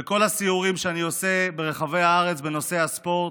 בכל הסיורים שאני עושה ברחבי הארץ בנושא הספורט,